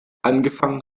angefangen